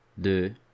de